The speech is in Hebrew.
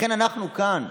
לכן אנחנו כאן,